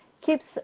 keeps